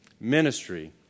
Ministry